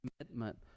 commitment